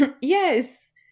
yes